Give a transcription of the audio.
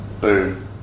Boom